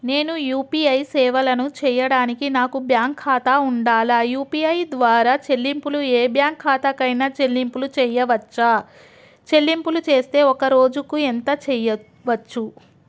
నేను యూ.పీ.ఐ సేవలను చేయడానికి నాకు బ్యాంక్ ఖాతా ఉండాలా? యూ.పీ.ఐ ద్వారా చెల్లింపులు ఏ బ్యాంక్ ఖాతా కైనా చెల్లింపులు చేయవచ్చా? చెల్లింపులు చేస్తే ఒక్క రోజుకు ఎంత చేయవచ్చు?